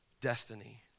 destiny